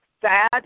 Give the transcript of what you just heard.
sad